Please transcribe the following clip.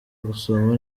gusoma